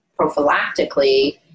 prophylactically